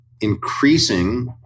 increasing